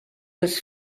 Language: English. was